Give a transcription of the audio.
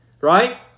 right